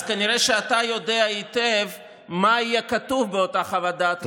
אז כנראה שאתה יודע היטב מה יהיה כתוב באותה חוות דעת של משרד הבריאות,